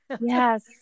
Yes